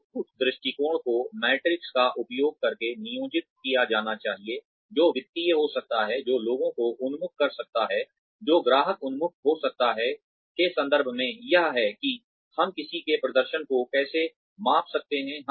output दृष्टिकोण को matrix का उपयोग करके नियोजित किया जाना चाहिए जो वित्तीय हो सकता है जो लोगों को उन्मुख कर सकता है जो ग्राहक उन्मुख हो सकता है के संदर्भ में यह है कि हम किसी के प्रदर्शन को कैसे माप सकते हैं